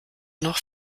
noch